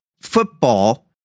football